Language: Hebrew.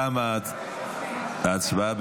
תמה ההצבעה.